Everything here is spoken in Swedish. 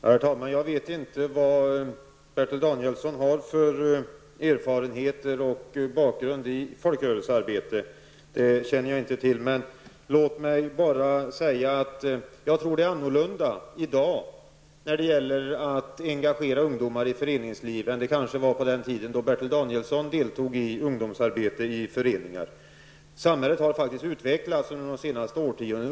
Herr talman! Jag vet inte vad Bertil Danielsson har för erfarenheter av och bakgrund i folkrörelsearbete. Låt mig bara säga att jag tror att det är annorlunda i dag när det gäller att engagera ungdomar i föreningsliv än det var på den tid då Bertil Danielsson kanske deltog i ungdomsarbete i föreningar. Samhället har faktiskt förändrats under de senaste årtiondena.